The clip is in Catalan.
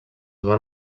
van